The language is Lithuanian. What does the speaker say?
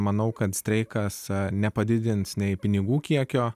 manau kad streikas nepadidins nei pinigų kiekio